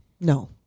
No